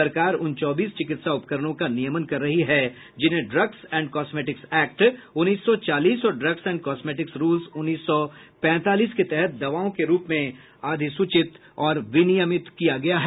सरकार उन चौबीस चिकित्सा उपकरणों का नियमन कर रही है जिन्हें ड्रग्स एंड कॉस्मेटिक्स एक्ट उन्नीस सौ चालीस और ड्रग्स एंड कॉस्मेटिक्स रूल्स उन्नीस सौ पैंतालीस के तहत दवाओं के रूप में अधिसूचित और विनियमित किया गया है